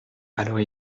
alors